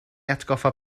atgoffa